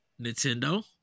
Nintendo